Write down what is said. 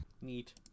Neat